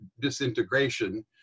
disintegration